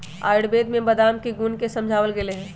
आयुर्वेद में बादाम के गुण के समझावल गैले है